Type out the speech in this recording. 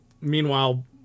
meanwhile